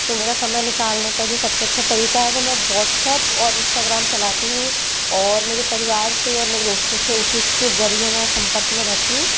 तो मेरा समय निकालने का जो सबसे अच्छा तरीका है वो मैं व्हाट्सप्प और इंस्टाग्राम चलाती हूँ और मेरे परिवार से और मेरे दोस्तों से उसी के जरिये मैं संपर्क में रहती हूँ